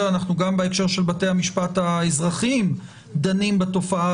גם בהקשר של בתי המשפט האזרחיים אנחנו דנים בתופעה